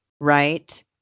right